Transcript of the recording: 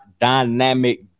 dynamic